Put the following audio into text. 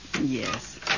Yes